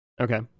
Okay